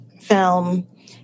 film